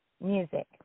music